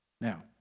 Now